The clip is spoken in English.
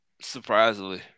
surprisingly